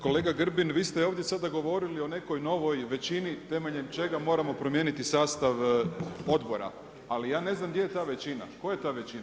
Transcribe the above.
Kolega Grbin, vi ste ovdje sada govorili o nekoj novoj većini temeljem čega moramo promijeniti sastav odbora, ali ja ne znam gdje ta većina, tko je ta većina?